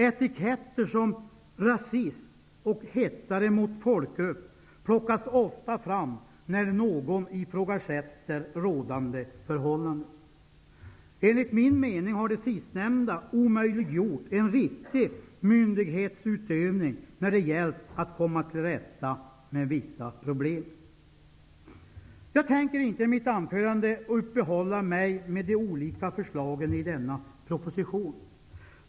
Etiketter som rasist och hetsare mot folkgrupp plockas ofta fram när någon ifrågasätter rådande förhållanden. Enligt min mening har det sistnämnda omöjliggjort en riktig myndighetsutövning när det gällt att komma till rätta med vissa problem. Jag tänker inte i mitt anförande uppehålla mig vid de olika förslagen i denna proposition.